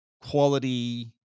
quality